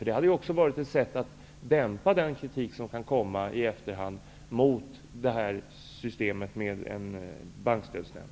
Det hade varit ett sätt att dämpa den kritik som i efterhand kan framföras mot detta förslag.